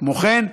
כמו כן,